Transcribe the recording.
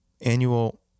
annual